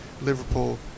Liverpool